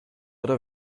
oder